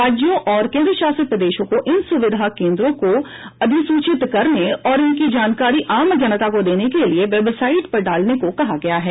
राज्यों और केंद्रशासित प्रदेशों को इन सुविधा केंद्रों को अधिसूचित करने और इनकी जानकारी आम जनता को देने के लिए वेब साइट पर डालने को कहा गया है